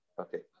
Okay